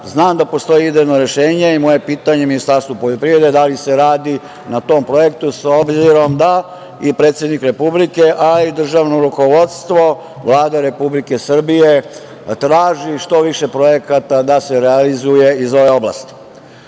Znam da postoji idejno rešenje i moje pitanje Ministarstvu poljoprivrede, da li se radi na tom projektu s obzirom da i predsednik Republike, a i državno rukovodstvo, Vlada Republike Srbije da traži što više projekata da se realizuje iz ove oblasti. Sledeće